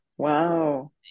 Wow